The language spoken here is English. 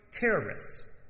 terrorists